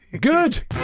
Good